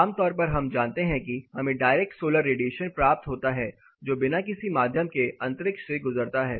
आमतौर पर हम जानते हैं कि हमें डायरेक्ट सोलर रेडिएशन प्राप्त होता है जो बिना किसी माध्यम के अंतरिक्ष से गुजरता है